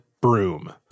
broom